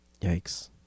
Yikes